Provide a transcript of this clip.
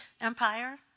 Empire